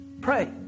Pray